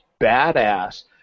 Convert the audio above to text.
badass